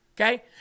Okay